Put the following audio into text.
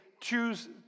choose